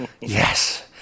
Yes